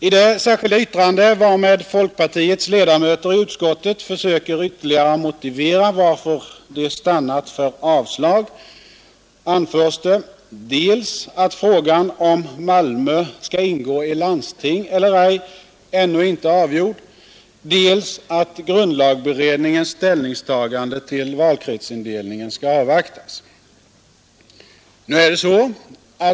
I det särskilda yttrande varmed folkpartiets ledamöter i utskottet försöker ytterligare motivera varför de stannat för ett avslag anförs dels att frågan huruvida Malmö skall ingå i landstinget eller ej ännu inte är avgjord, dels att grundlagberedningens ställningstagande till valkretsindelningen bör avvaktas.